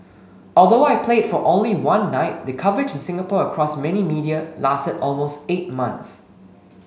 although I played for only one night the coverage in Singapore across many media lasted almost eight months